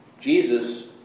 Jesus